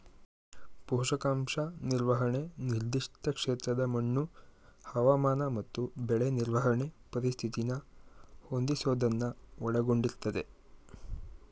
ಪೋಷಕಾಂಶ ನಿರ್ವಹಣೆ ನಿರ್ದಿಷ್ಟ ಕ್ಷೇತ್ರದ ಮಣ್ಣು ಹವಾಮಾನ ಮತ್ತು ಬೆಳೆ ನಿರ್ವಹಣೆ ಪರಿಸ್ಥಿತಿನ ಹೊಂದಿಸೋದನ್ನ ಒಳಗೊಂಡಿರ್ತದೆ